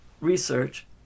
research